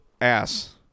ass